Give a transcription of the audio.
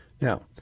Now